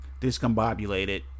discombobulated